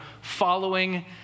following